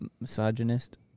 misogynist